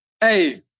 Hey